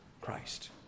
Christ